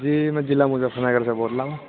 جی میں ضلع مظفر نگر سے بول رہا ہوں